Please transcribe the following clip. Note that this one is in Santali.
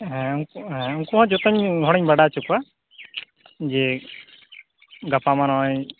ᱦᱮᱸ ᱩᱱᱠᱩ ᱦᱚᱸ ᱡᱚᱛᱚᱧ ᱦᱚᱲᱤᱧ ᱵᱟᱰᱟᱭ ᱦᱚᱪᱚ ᱠᱚᱣᱟ ᱡᱮ ᱜᱟᱯᱟᱢᱟ ᱱᱚᱜᱼᱚᱭ